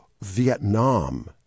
Vietnam